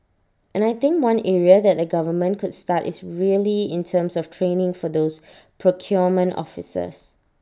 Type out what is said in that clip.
and I think one area that the government could start is really in terms of training for those procurement officers